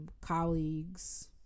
colleagues